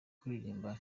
kuririmba